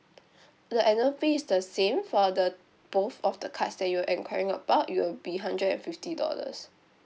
the annual fee is the same for the both of the cards that you are enquiring about it will be hundred and fifty dollars